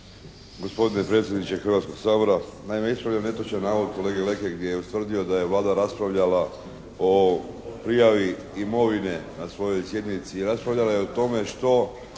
Gospodine predsjedniče Hrvatskog sabora, naime ispravljam netočan navod kolege Leke gdje je ustvrdio da je Vlada raspravljala o prijavi imovine na svojoj sjednici. Raspravljala je o tome što